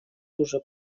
уже